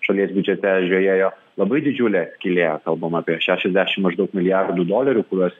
šalies biudžete žiojėjo labai didžiulė skylė kalbama apie šešiasdešim maždaug milijardų dolerių kuriuos